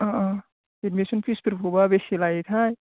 अह अह एडमिसन फिसफोरखौबा बेसे लायोथाय